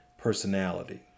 personality